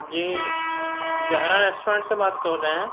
جی Zahra restaurant سے بات کر رہے ہیں